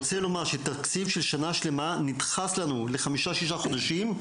רוצה לומר שתקציב של שנה שלמה נדחס לנו לחמישה-שישה חודשים,